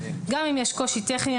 גם אם יש קושי טכני,